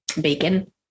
bacon